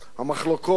המחלוקות,